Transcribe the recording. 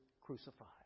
crucified